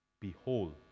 behold